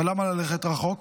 אבל למה ללכת רחוק?